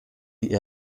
die